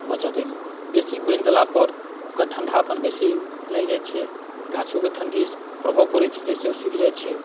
बचत एहिमे बेसी पानि देलापर ओकर ठण्डापन बेसी लागि जाइ छै तऽ गाछोके ठण्डी प्रभाव पड़ै छै जइसे ओ सुखि जाइ छै